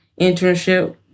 internship